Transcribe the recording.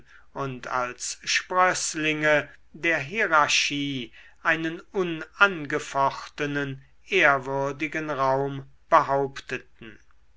und als sprößlinge der hierarchie einen unangefochtenen ehrwürdigen raum behaupteten